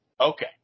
Okay